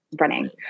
running